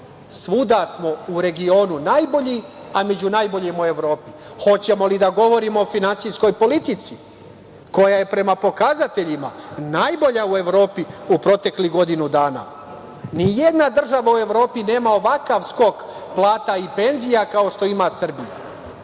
Svuda smo u regionu najbolji, a među najboljima u Evropi. Hoćemo li da govorimo o finansijskoj politici koja je prema pokazateljima najbolja u Evropi u proteklih godinu dana? Ni jedna država u Evropi nema ovakav skok plata i penzija kao što ima Srbija.